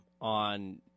on